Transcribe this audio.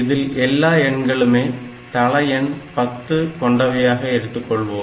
இதில் எல்லா எண்களுமே தள எண் 10 கொண்டவையாக எடுத்துக்கொள்வோம்